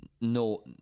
no